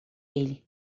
ele